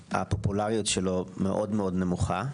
הפופולריות שלו היא מאוד נמוכה.